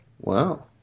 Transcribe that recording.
Wow